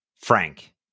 Frank